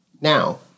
now